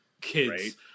Kids